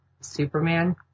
Superman